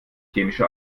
chemische